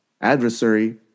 adversary